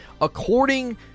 According